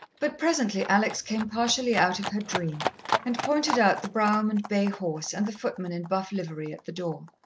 but presently alex came partially out of her dream and pointed out the brougham and bay horse and the footman in buff livery at the door.